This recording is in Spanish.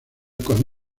con